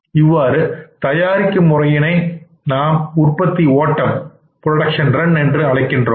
இவ்வாறு தயாரிக்கும் முறையினை நாம் உற்பத்தி ஓட்டம் என்று அழைக்கின்றோம்